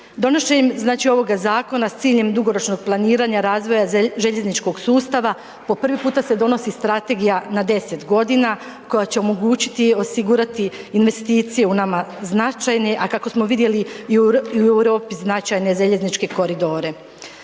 Donošenjem znači ovoga zakona s ciljem dugoročnog planiranja razvoja željezničkog sustava po prvi puta se donosi strategija na 10 godina, koja će omogućiti osigurati investicije u nama značajne, a kako smo vidjeli i u Europi značajne željezničke koridore.